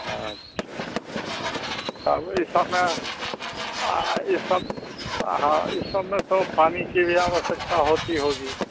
अच्छा अब यह सब में यह सब हाँ यह सब में तो पानी की भी आवश्यकता होती होगी